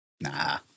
Nah